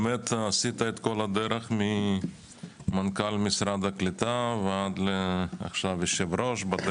באמת עשית את כל הדרך ממנכ"ל משרד הקליטה ועד להיותך יושב-ראש הוועדה.